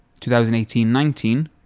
2018-19